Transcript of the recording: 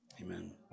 amen